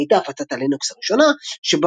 היא הייתה הפצת הלינוקס הראשונה שבה